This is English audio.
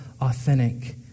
authentic